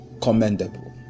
commendable